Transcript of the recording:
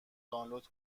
دانلود